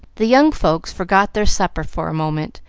the young folks forgot their supper for a moment,